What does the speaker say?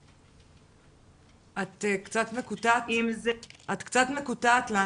--- את קצת מקוטעת לנו